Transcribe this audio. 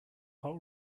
hot